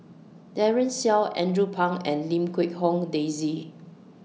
Daren Shiau Andrew Phang and Lim Quee Hong Daisy